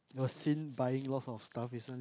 was seen buying lots of stuff recent